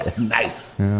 Nice